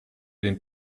den